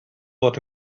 fod